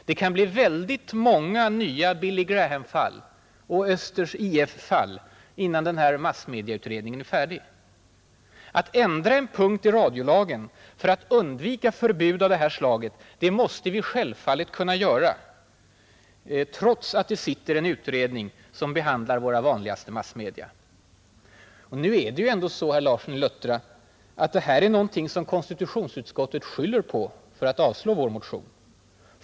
Det kan bli många nya Billy Graham-fall och Östers IF-fall innan denna massmediautredning är färdig. Att ändra en punkt i radiolagen för att undvika förbud av detta slag måste vi självfallet kunna göra, trots att det sitter en utredning som behandlar våra vanligaste massmedia. Nu är det ju ändå så, herr Larsson i Luttra, att det här är någonting som majoriteten i konstitutionsutskottet skyller på för att avslå vår motion.